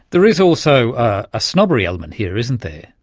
there is also a snobbery element here, isn't there.